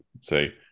say